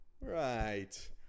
Right